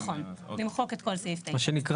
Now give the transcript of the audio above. נכון, למחוק את כל סעיף 9. אוקיי.